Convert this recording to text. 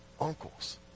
uncles